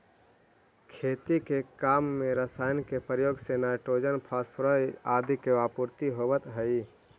खेती के काम में रसायन के प्रयोग से नाइट्रोजन, फॉस्फोरस आदि के आपूर्ति होवऽ हई